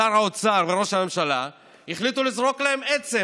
שר האוצר וראש הממשלה החליטו לזרוק להם עצם,